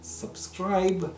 subscribe